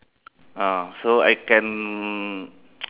ah so I can